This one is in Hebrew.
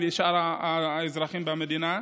אצל שאר האזרחים במדינה,